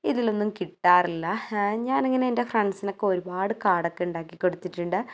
ഇതിലൊന്നും കിട്ടാറില്ല ഞാനിങ്ങനെ എൻ്റെ ഫ്രണ്ട്സിനൊക്കെ ഒരുപാട് കാർഡൊക്കെ ഉണ്ടാക്കി കൊടുത്തിട്ടുണ്ട്